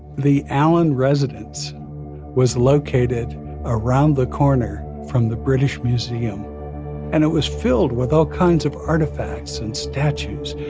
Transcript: the allen residence was located around the corner from the british museum and it was filled with all kinds of artifacts and statues.